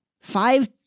Five